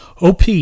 op